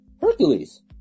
Hercules